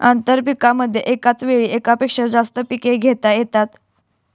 आंतरपीकांमध्ये एकाच वेळी एकापेक्षा जास्त पिके घेता येतात